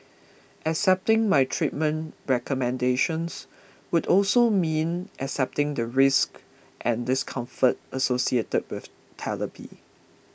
accepting my treatment recommendations would also mean accepting the risks and discomfort associated with therapy